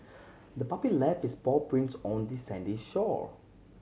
the puppy left its paw prints on the sandy shore